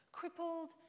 crippled